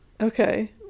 Okay